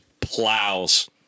plows